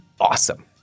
awesome